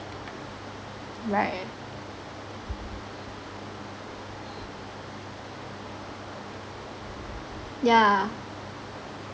right eh yeah